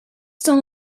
still